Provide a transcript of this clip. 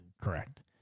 Correct